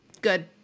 Good